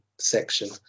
section